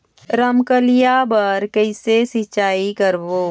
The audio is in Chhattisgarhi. रमकलिया बर कइसे सिचाई करबो?